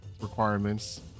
requirements